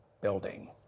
building